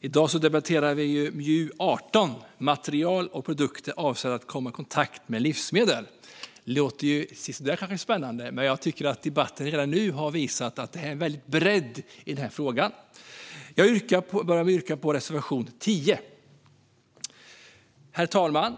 I dag debatterar vi MJU18 Material och produkter avsedda att komma i kontakt med livsmedel . Det låter kanske sisådär spännande, men jag tycker att debatten redan nu har visat att det finns en väldig bredd i frågan. Jag börjar med att yrka bifall till reservation 10. Herr talman!